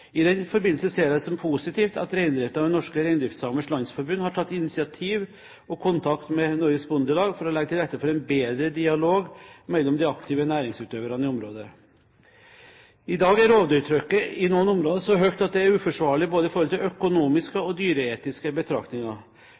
I den forbindelse ser jeg det som positivt at reindriften ved Norske Reindriftsamers Landsforbund har tatt initiativ, og har tatt kontakt med Norges Bondelag for å legge til rette for en bedre dialog mellom de aktive næringsutøverne i området. I dag er rovdyrtrykket i noen områder så høyt at reindrift er uforsvarlig både ut fra økonomiske og dyreetiske betraktninger.